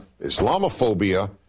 Islamophobia